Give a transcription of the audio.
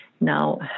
Now